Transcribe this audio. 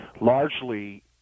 largely